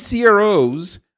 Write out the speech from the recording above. CROs